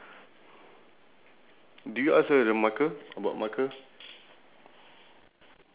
yup uh and the they shoot they said shoot